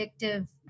addictive